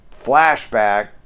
flashback